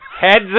Heads